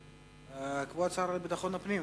כבוד השר לביטחון פנים,